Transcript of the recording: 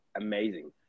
amazing